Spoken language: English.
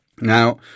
Now